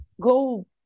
Go